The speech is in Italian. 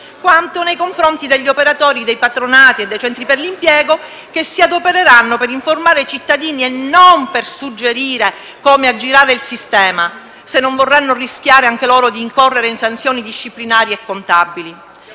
quanto nei confronti degli operatori dei patronati e dei centri per l'impiego che si adopereranno per informare i cittadini e non per suggerire come aggirare il sistema, se non vorranno rischiare anche loro di incorrere in sanzioni disciplinari e contabili.